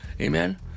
Amen